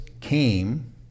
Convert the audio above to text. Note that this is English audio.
came